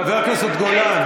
חבר הכנסת גולן,